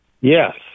Yes